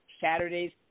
Saturdays